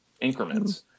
increments